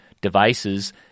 devices